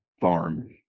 farm